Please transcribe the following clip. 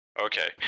Okay